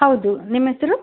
ಹೌದು ನಿಮ್ಮ ಹೆಸ್ರು